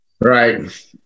Right